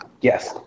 Yes